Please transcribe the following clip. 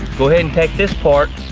go ahead and take this part,